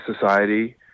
society